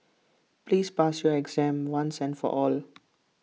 please pass your exam once and for all